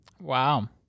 wow